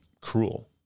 cruel